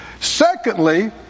Secondly